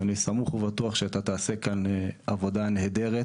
אני סמוך ובטוח שאתה תעשה כאן עבודה נהדרת